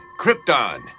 Krypton